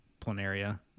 planaria